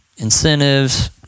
incentives